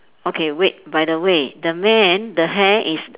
okay wait by the way the man the hair is